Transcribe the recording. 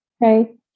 right